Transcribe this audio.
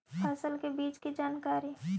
फसल के बीज की जानकारी?